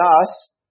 thus